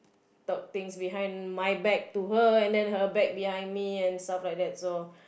talk things behind my back to her and then her back behind me and stuff like that so